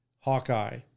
hawkeye